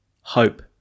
hope